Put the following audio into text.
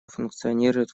функционирует